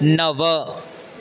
नव